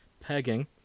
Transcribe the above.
pegging